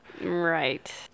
Right